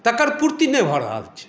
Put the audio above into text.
तकर पूर्ति नहि भऽ रहल छै